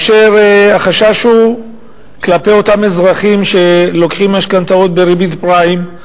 והחשש הוא כלפי אותם אזרחים שלוקחים משכנתאות בריבית פריים,